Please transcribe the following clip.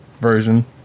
version